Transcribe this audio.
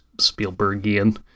Spielbergian